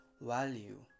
value